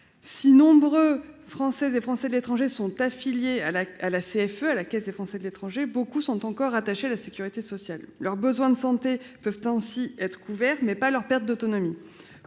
de nombreux Français de l'étranger sont affiliés à la Caisse des Français de l'étranger (CFE), mais beaucoup sont encore attachés à la sécurité sociale. Leurs dépenses de santé peuvent ainsi être couvertes, mais pas leur perte d'autonomie.